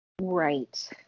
Right